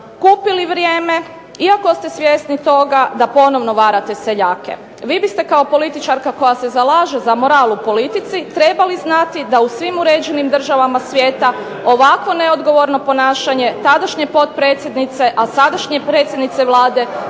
kupili vrijeme iako ste svjesni toga da ponovno varate seljake. Vi biste kao političarka koja se zalaže za moral u politici trebali znati da u svim uređenim državama svijeta ovako neodgovorno ponašanje tadašnje potpredsjednice, a sadašnje predsjednice Vlade